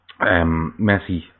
Messi